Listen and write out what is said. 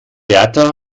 berta